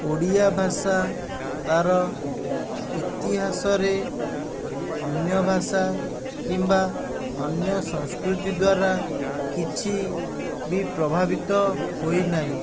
ଓଡ଼ିଆ ଭାଷା ତାର ଇତିହାସରେ ଅନ୍ୟ ଭାଷା କିମ୍ବା ଅନ୍ୟ ସଂସ୍କୃତି ଦ୍ଵାରା କିଛି ବି ପ୍ରଭାବିତ ହୋଇନାହିଁ